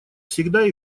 всегда